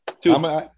two